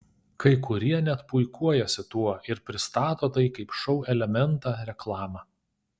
kai kurie net puikuojasi tuo ir pristato tai kaip šou elementą reklamą